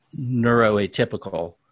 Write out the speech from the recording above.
neuroatypical